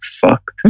fucked